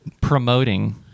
promoting